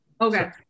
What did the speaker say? Okay